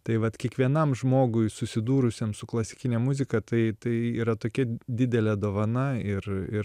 tai vat kiekvienam žmogui susidūrusiam su klasikine muzika tai tai yra tokia didelė dovana ir ir